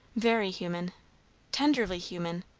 very human tenderly human.